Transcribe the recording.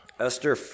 Esther